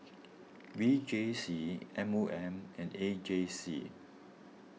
V J C M O M and A J C